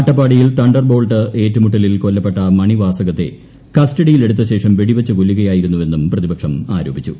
അട്ടപ്പാടിയിൽ തണ്ടർബോൾട്ട് ഏറ്റുമുട്ടലിൽ കൊല്ലപ്പെട്ട മണിവാസകത്ത് കസ്റ്റഡിയിലെടുത്ത ശേഷം വെടിവച്ചു കൊല്ലുകയായിരുന്നു എന്നും പ്രതിപക്ഷം ആരോപിച്ചു